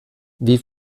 wie